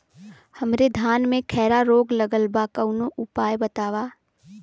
हमरे धान में खैरा रोग लगल बा कवनो उपाय बतावा?